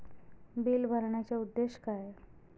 Bill भरण्याचे उद्देश काय?